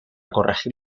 corregir